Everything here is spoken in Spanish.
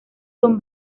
son